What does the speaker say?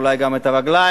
אולי גם את הרגליים,